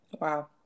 Wow